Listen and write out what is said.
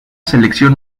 selección